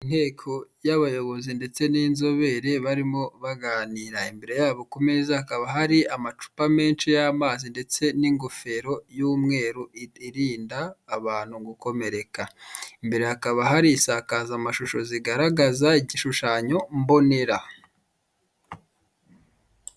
Inteko y'abayobozi ndetse n'inzobere barimo baganira, imbere yabo ku meza hakaba hari amacupa menshi y'amazi ndetse n'ingofero y'umweru irinda abantu gukomereka, imbere hakaba hari isakaza mashusho zigaragaza igishushanyo mbonera.